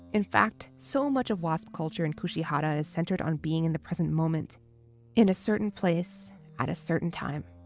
in fact, so much of wasp culture in kushihara is centered on being in the present moment in a certain place at a certain time.